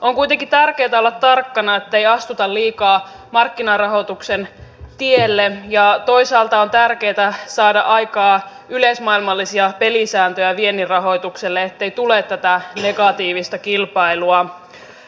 on kuitenkin tärkeätä olla tarkkana ettei astuta liikaa markkinarahoituksen tielle ja toisaalta on tärkeätä saada aikaan yleismaailmallisia pelisääntöjä viennin rahoitukselle ettei tule tätä negatiivista kilpailua